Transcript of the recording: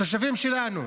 לתושבים שלנו.